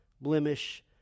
blemish